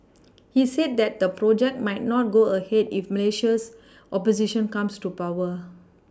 he said that the project might not go ahead if Malaysia's opposition comes to power